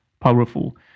powerful